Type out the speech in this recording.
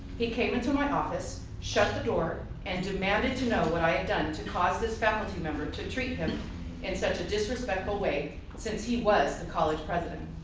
he came into my office, shut the door and demanded to know what i had done to cause this faculty member to treat him in such a disrespectful way since he was the college president.